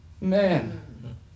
Man